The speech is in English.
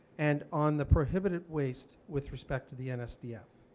and on the prohibited waste with respect to the nsdf?